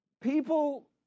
People